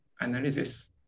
analysis